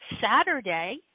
Saturday